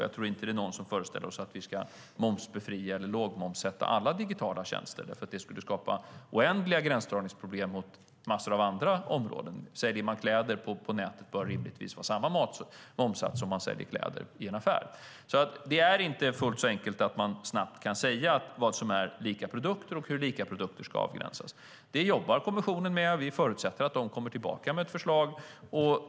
Jag tror inte att någon föreställer sig att vi ska momsbefria eller lågmomssätta alla digitala tjänster, för det skulle skapa oändliga gränsdragningsproblem för en massa andra områden. Säljer man till exempel kläder på nätet bör det rimligtvis vara samma momssats som om man säljer kläder i en affär. Det är alltså inte fullt så enkelt att man snabbt kan säga vad som är lika produkter och hur lika produkter ska avgränsas. Det jobbar kommissionen med, och vi förutsätter att de kommer tillbaka med ett förslag.